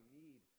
need